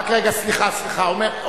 רק רגע, סליחה, סליחה.